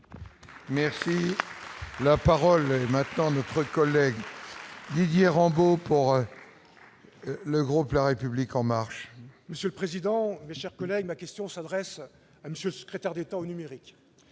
Merci, la parole est maintenant notre collègue. Didier Rambaud pour le groupe, la République en marche. Monsieur le président, mes chers collègues, ma question s'adresse à Monsieur le secrétaire d'État au numérique